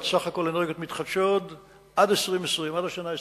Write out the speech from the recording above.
סך הכול אנרגיות מתחדשות עד השנה 2020,